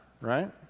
right